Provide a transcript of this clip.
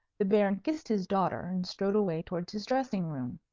the baron kissed his daughter and strode away towards his dressing-room.